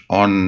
on